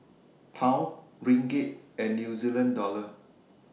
Pound Ringgit and New Zealand Dollar